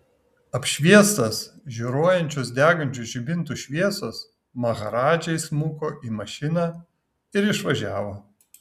apšviestas žioruojančios degančių žibintų šviesos maharadža įsmuko į mašiną ir išvažiavo